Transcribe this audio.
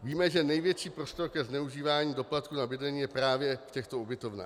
Víme, že největší prostor ke zneužívání doplatku za bydlení je právě v těchto ubytovnách.